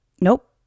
Nope